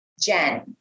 Jen